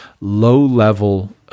low-level